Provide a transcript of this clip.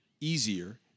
easier